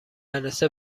مدرسه